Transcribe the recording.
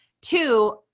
Two